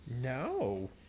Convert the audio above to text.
No